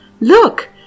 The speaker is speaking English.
Look